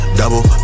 double